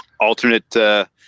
alternate